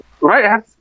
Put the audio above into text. right